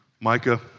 Micah